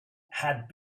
had